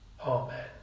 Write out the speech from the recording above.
Amen